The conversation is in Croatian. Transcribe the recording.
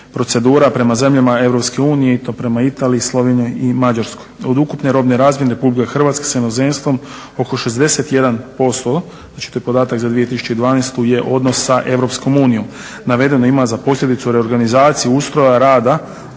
procedura prema zemljama EU i to prema Italiji, Sloveniji i Mađarskoj. Od ukupne robne razmjene RH s inozemstvom oko 61%, znači to je podatak za 2012.je odnos sa EU, navedeno ima za posljedicu reorganizaciju ustroja rada